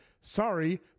sorry